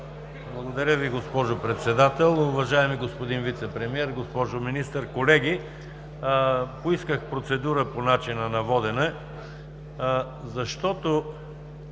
Благодаря, госпожо Председател. Уважаеми господин Вицепремиер, госпожо Министър, колеги! Поисках процедура по начина на водене, защото